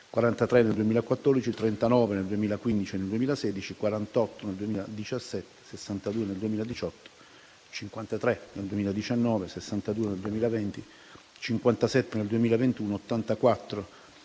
43 nel 2014, 39 nel 2015 e nel 2016, 48 nel 2017, 62 nel 2018, 53 nel 2019, 62 nel 2020, 57 nel 2021 e 84 nel 2022,